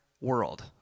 world